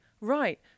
right